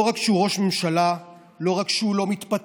לא רק שהוא ראש ממשלה, לא רק שהוא לא מתפטר,